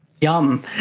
Yum